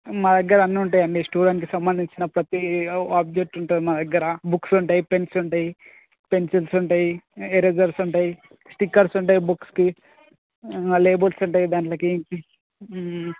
మా దగ్గర అన్నీ ఉంటాయి అండి స్టూడెంట్కి సంబంధించిన ప్రతీ ఆబ్జెక్ట్ ఉంటుంది మా దగ్గర బుక్స్ ఉంటాయి పెన్స్ ఉంటాయి పెన్సిల్స్ ఉంటాయి ఎరేజర్స్ ఉంటాయి స్టిక్కర్స్ ఉంటాయి బుక్స్కి లేబుల్స్ ఉంటాయి దాంట్లోకి